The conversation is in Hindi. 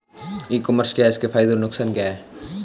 ई कॉमर्स क्या है इसके फायदे और नुकसान क्या है?